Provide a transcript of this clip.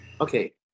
okay